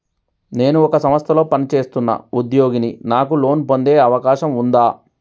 నేను ఒక సంస్థలో పనిచేస్తున్న ఉద్యోగిని నాకు లోను పొందే అవకాశం ఉందా?